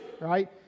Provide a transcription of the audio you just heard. Right